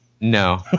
no